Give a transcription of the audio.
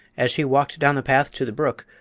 as she walked down the path to the brook,